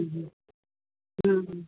جی جی ہاں ہاں